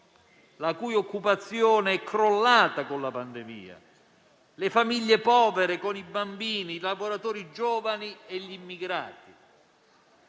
la cui occupazione è crollata con la pandemia, alle famiglie povere con bambini, ai lavoratori giovani e agli immigrati.